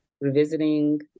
revisiting